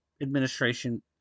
administration